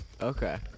Okay